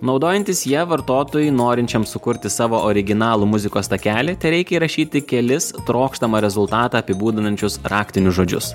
naudojantis ja vartotojui norinčiam sukurti savo originalų muzikos takelį tereikia įrašyti kelis trokštamą rezultatą apibūdinančius raktinius žodžius